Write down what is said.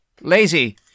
Lazy